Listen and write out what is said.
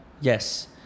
Yes